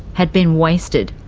had been wasted.